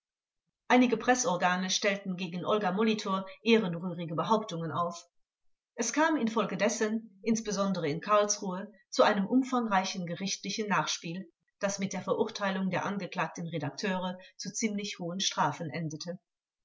einige preßorgane stellten gegen olga molitor ehrenrührige behauptungen auf es kam infolgedessen insbesondere in karlsruhe zu einem umfangreichen gerichtlichen nachspiel das mit der verurteilung der angeklagten redakteure zu ziemlich hohen strafen endete